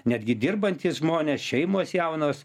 netgi dirbantys žmonės šeimos jaunos